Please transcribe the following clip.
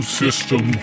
system